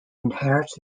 inherits